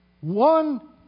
one